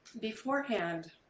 beforehand